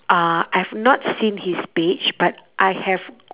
uh I've not seen his page but I have